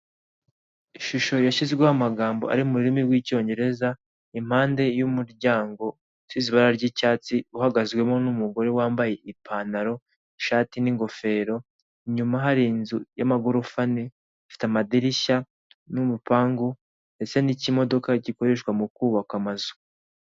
Ishusho yasizweho amagambo ari mu rurimi y'icyongereza impande y'umuryango usize ibara ry'icyatsi uhagazwemo n'umugore wambaye ipantalo, ishati ,n'ingofero inyuma hari inzu y'amagorofa ane ifite amadirishya n'urupangu ndetse n'ikimodoka gikoreshwa mu kubaka amazu.